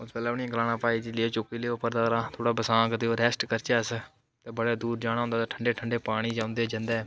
उस बेल्लै उ'नें ई गलाना भाई जी एह् चुक्की लेओ थोह्ड़ा बसांऽ करचै रैस्ट करचै अस बड़े दूर जाना औदा ठंडे ठंडे पानी च औंदे जंदे